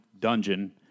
dungeon